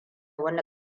wani